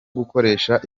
gukoresha